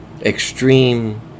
extreme